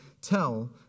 tell